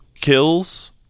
kills